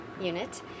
unit